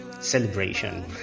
celebration